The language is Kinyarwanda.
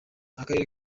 akarere